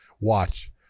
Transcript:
Watch